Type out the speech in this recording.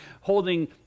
holding